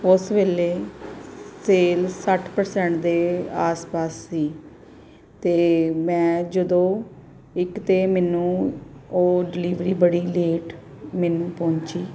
ਉਸ ਵੇਲੇ ਸੇਲ ਸੱਠ ਪਰਸੈਂਟ ਦੇ ਆਸ ਪਾਸ ਸੀ ਅਤੇ ਮੈਂ ਜਦੋਂ ਇੱਕ ਤਾਂ ਮੈਨੂੰ ਉਹ ਡਿਲੀਵਰੀ ਬੜੀ ਲੇਟ ਮੈਨੂੰ ਪਹੁੰਚੀ